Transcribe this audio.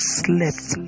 slept